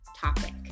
topic